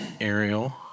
Ariel